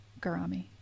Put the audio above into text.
garami